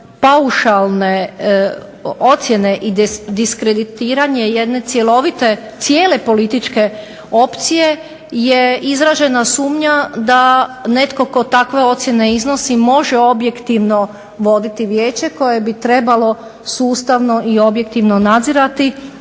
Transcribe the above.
paušalne ocjene i diskreditiranje jedne cjelovite, cijele političke opcije, je izražena sumnja da netko tko takve ocjene iznosi može objektivno voditi vijeće, koje bi trebalo sustavno i objektivno nadzirati